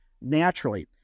naturally